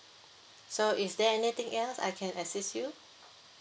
so is there anything else I can assist you